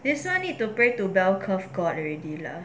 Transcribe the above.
this [one] need to pray to bell curve god already leh